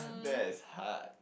that's hard